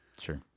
Sure